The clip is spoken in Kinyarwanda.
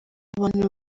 abantu